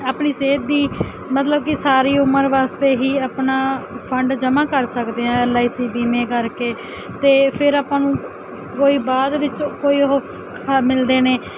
ਆਪਣੀ ਸਿਹਤ ਦੀ ਮਤਲਬ ਕਿ ਸਾਰੀ ਉਮਰ ਵਾਸਤੇ ਹੀ ਆਪਣਾ ਫੰਡ ਜਮਾ ਕਰ ਸਕਦੇ ਆਂ ਐਲ ਆਈ ਸੀ ਬੀਮੇ ਕਰਕੇ ਤੇ ਫਿਰ ਆਪਾਂ ਨੂੰ ਕੋਈ ਬਾਅਦ ਵਿੱਚ ਕੋਈ ਉਹ ਮਿਲਦੇ ਨੇ